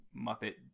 Muppet